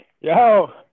Yo